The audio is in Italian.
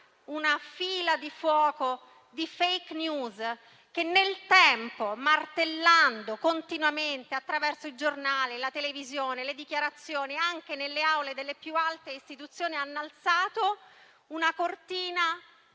una fila di fuoco di *fake news* che, nel tempo, martellando continuamente, attraverso giornali, televisione e dichiarazioni, anche nelle Aule delle più alte istituzioni hanno alzato una cortina